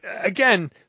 Again